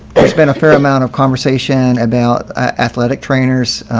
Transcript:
there's been a fair amount of conversation about athletic trainers,